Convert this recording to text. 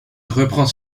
reprend